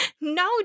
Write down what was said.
No